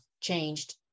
changed